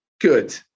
Good